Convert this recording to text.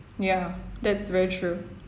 ya that's very true